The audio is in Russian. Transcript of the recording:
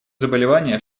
заболевания